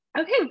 Okay